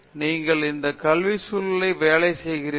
நீங்கள் அந்த கல்வி சூழலில் வேலை செய்கிறீர்கள்